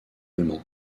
allemand